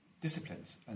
disciplines